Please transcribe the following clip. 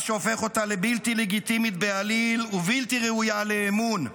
מה שהופך אותה לבלתי לגיטימית בעליל ובלתי ראויה לאמון,